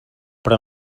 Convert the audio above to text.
però